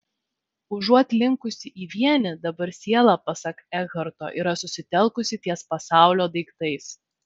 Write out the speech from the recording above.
užuot linkusi į vienį dabar siela pasak ekharto yra susitelkusi ties pasaulio daiktais